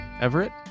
Everett